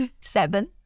Seven